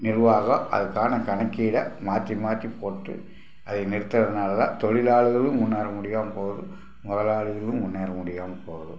நிர்வாகம் அதுக்கான கணக்கீடை மாற்றி மாற்றி போட்டு அதை நிறுத்துறதனால் தான் தொழிலாளர்களும் முன்னேற முடியாமல் போகுது முதலாளிகளும் முன்னேற முடியாமல் போகுது